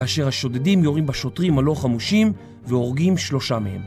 כאשר השודדים יורים בשוטרים הלא חמושים ואורגים שלושה מהם